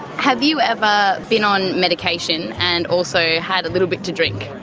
have you ever been on medication and also had a little bit to drink?